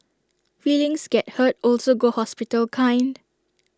feelings get hurt also go hospital kind